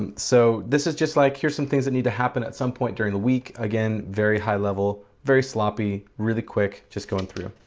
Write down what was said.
um so this is just like here's some things that need to happen at some point during the week. again very high level, very sloppy, really quick just going through.